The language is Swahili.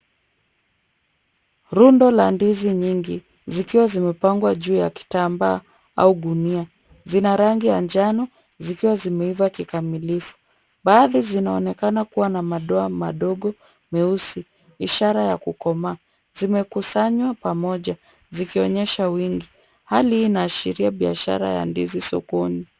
Rundo la ndizi nyingi zikiwa zimepangwa juu ya kitambaa au gunia. Zina rangi ya njano zikiwa zimeiva kikamilifu. Baadhi zinaonekana kuwa na madoa madogo meusi ishara ya kukomaa. Zimekusanywa pamoja zikionyesha wingi. Hali hii inaashiria biashara ya ndizi sokoni.